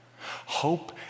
Hope